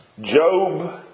Job